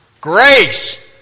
grace